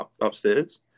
upstairs